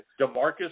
Demarcus